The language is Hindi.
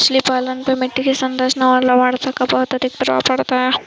मछली पालन पर मिट्टी की संरचना और लवणता का बहुत प्रभाव पड़ता है